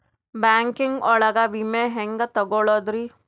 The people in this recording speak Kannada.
ಬ್ಯಾಂಕಿಂಗ್ ಒಳಗ ವಿಮೆ ಹೆಂಗ್ ತೊಗೊಳೋದ್ರಿ?